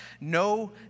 No